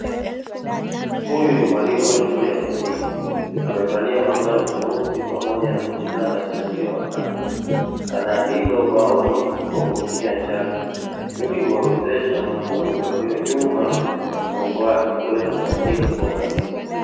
Huyu ni mwalimu wa shule ya msingi amevalia mavazi meusi pamoja na kujitanda mtandio wa kanga, anaandika ubaoni kwa kutumia chaki ili kuwawezesha wanafunzi walionyuma ya mgongo, wake kuweza kuandika kiurahisi.